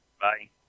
Bye